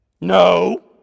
No